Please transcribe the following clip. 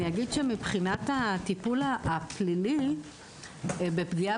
אני אגיד שמבחינת הטיפול הפלילי בפגיעה